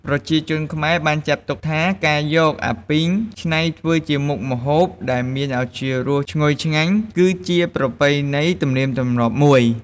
ប្រជាជនខ្មែរបានចាត់ទុកថា ការយកអាពីងច្នៃធ្វើជាមុខម្ហូបដែលមានឱជារសជាតិឈ្ងុយឆ្ងាញ់គឺជាប្រពៃណីទំនៀមទំលាប់មួយ។